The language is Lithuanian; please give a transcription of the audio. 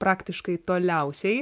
praktiškai toliausiai